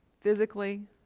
physically